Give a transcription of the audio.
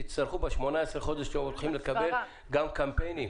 תצטרכו ב-18 חודש שאתם הולכים לקבל גם קמפיינים.